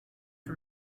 for